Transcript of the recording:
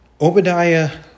Obadiah